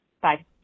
Bye